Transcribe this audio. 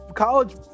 College